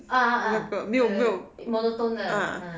ah ah ah 对对 monotone 的 !huh!